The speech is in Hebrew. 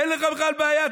אין לך בכלל בעיה.